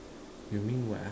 you mean what ah